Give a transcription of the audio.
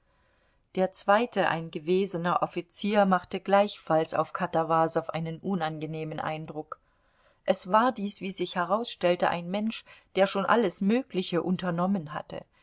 der zweite ein gewesener offizier machte gleichfalls auf katawasow einen unangenehmen eindruck es war dies wie sich herausstellte ein mensch der schon alles mögliche unternommen hatte